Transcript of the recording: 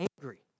angry